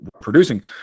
producing